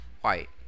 white